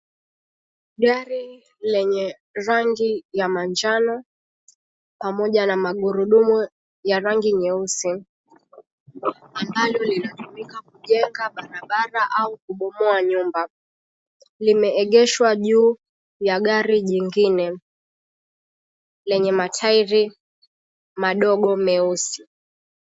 Gari lenye rangi ya manjano pamoja na magurudumu ya rangi nyeusi, ambalo linatumika kujenga barabara au kubomoa nyumba, limeegeshwa juu ya gari jingine lenye matairi madogo meusi.